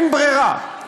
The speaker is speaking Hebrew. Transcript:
אין ברירה,